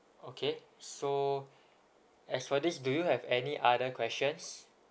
okay so as for this do you have any other questions